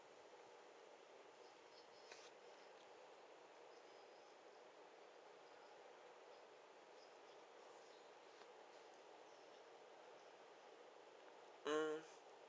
mm